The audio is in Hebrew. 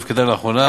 שהופקדה לאחרונה,